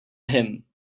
him